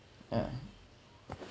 uh